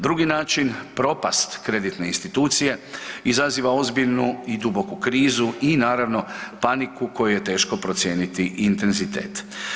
Drugi način propast kreditne institucije izaziva ozbiljnu i duboku krizu i naravno paniku kojoj je teško procijeniti intenzitet.